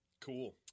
Cool